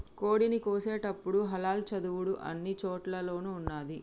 కోడిని కోసేటపుడు హలాల్ చదువుడు అన్ని చోటుల్లోనూ ఉన్నాది